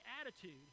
attitude